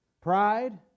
Pride